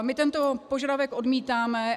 My tento požadavek odmítáme.